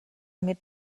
mit